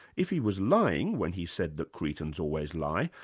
if he was lying when he said that cretans always lie,